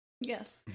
Yes